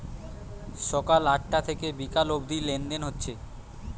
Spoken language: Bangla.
সকাল আটটা থিকে বিকাল অব্দি লেনদেন হচ্ছে